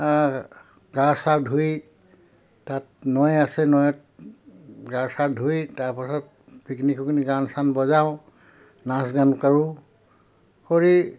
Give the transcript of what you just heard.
গা চা ধুই তাত নৈ আছে নৈত গা চা ধুই তাৰপাছত গান চান বজাওঁ নাচ গান কৰোঁ কৰি